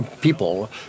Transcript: people